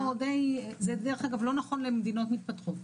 זה דרך אגב לא נכון למדינות מתפתחות.